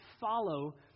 follow